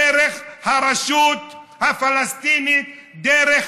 דרך הרשות הפלסטינית, דרך,